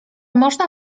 można